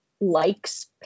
likes